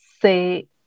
say